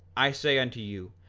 i say unto you,